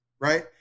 right